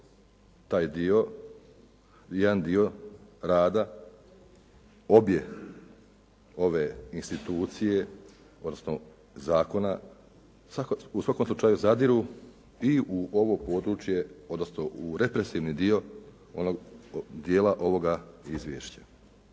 taj dio, jedan dio rada obje ove institucije, odnosno zakona u svakom slučaju zadiru i u ovo područje, odnosno u represivni dio onog dijela ovoga Izvješća.